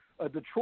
Detroit